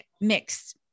mix